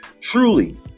Truly